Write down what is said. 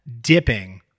dipping